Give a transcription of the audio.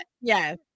yes